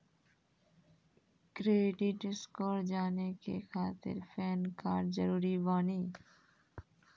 Credit score जाने के खातिर पैन कार्ड जरूरी बानी?